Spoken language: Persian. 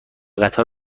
قطار